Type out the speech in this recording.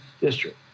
district